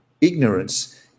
Ignorance